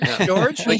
George